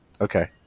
Okay